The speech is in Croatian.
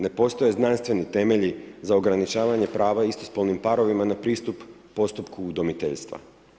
Ne postoje znanstveni temelji za ograničavanje prava istospolnim parovima na pristup postupku udomiteljstva.